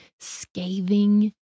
scathing